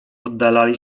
oddalali